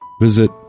visit